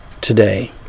today